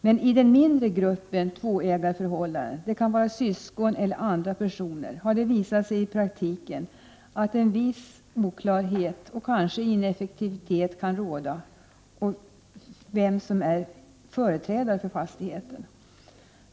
Men i den mindre gruppen av tvåägarförhållan-| den —det kan vara syskon eller andra personer — har en viss ineffektivitet visat sig i praktiken, och oklarhet kan råda om vem som är företrädare för fastigheten.